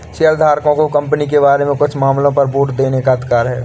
शेयरधारकों को कंपनी के बारे में कुछ मामलों पर वोट देने का अधिकार है